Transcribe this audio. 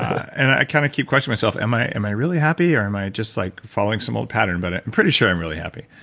and i kind of keep questioning myself, am i am i really happy or am i just like following some old pattern, but i'm pretty sure i'm really happy.